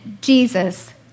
Jesus